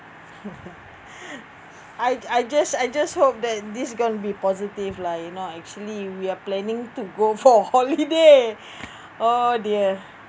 I I just I just hope that this going to be positive lah you know actually we are planning to go for holiday oh dear